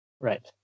right